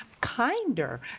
kinder